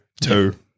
Two